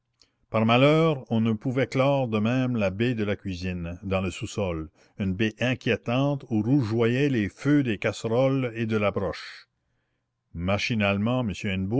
par malheur on ne pouvait clore de même la baie de la cuisine dans le sous-sol une baie inquiétante où rougeoyaient les feux des casseroles et de la broche machinalement